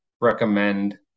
recommend